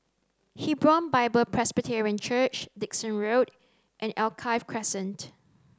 Hebron Bible Presbyterian Church Dickson Road and Alkaff Crescent